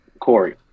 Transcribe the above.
Corey